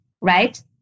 right